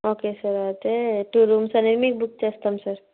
okay sir అయితే two rooms అనేవి మీకు బుక్ చేస్తాం సార్